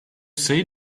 say